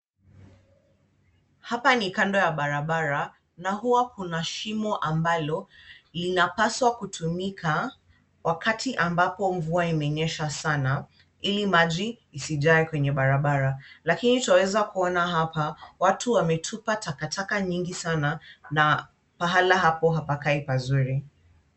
Hapa ni kando ya barabara na huwa kuna shimo ambalo, linapaswa kutumika wakati ambapo mvua imenyesha sana, ili maji isijae kwenye barabara, lakini twaweza kuona hapa watu wametupa takataka nyingi sana na pahala hapo hapakai pazuri.